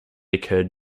occurred